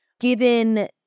given